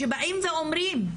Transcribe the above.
שבאים ואומרים,